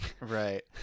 right